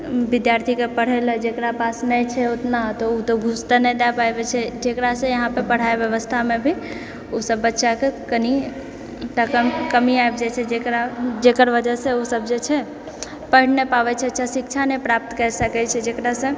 विद्यार्थीके पढ़ैलऽ जेकरा पास नहि छै ओतना तऽ ओ तऽ घूँस तऽ नहि दए पाबै छै जेकरासँ इहाँपे पढ़ाइ व्यवस्थामे भी ओ सभ बच्चाकेँ कनि तऽ कम कमी आबि जाइ छै जेकरा जेकर वजहसँ ओह सभ जे छै पढ़ि नहि पाबैत छै अच्छा शिक्षा नहि प्राप्त करि सकैत छै जकरासँ